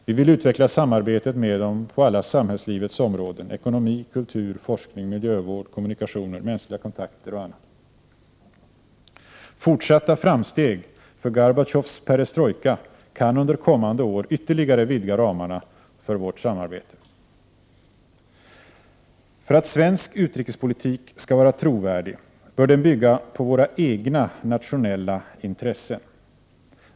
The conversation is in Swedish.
Vi vill utveckla samarbetet med dem på alla samhällslivets områden — ekonomi, kultur, forskning, miljövård, kommunikationer, mänskliga kontakter och annat. Fortsatta framsteg för Gorbatjovs perestrojka kan under kommande år ytterligare vidga ramarna för vårt samarbete. För att svensk utrikespolitik skall vara trovärdig bör den bygga på våra egna nationella intressen.